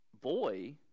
boy